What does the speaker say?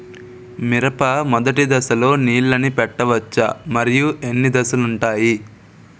మిరప మొదటి దశలో నీళ్ళని పెట్టవచ్చా? మరియు ఎన్ని దశలు ఉంటాయి?